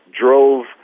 drove